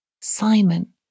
Simon